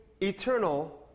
eternal